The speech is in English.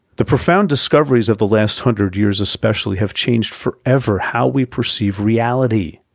the profound discoveries of the last hundred years especially have changed forever how we perceive reality,